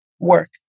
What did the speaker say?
work